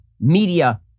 media